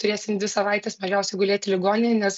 turėsim dvi savaites mažiausiai gulėti ligoninėj nes